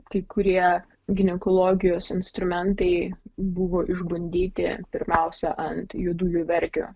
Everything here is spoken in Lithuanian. kai kurie ginekologijos instrumentai buvo išbandyti pirmiausia ant juodųjų vergių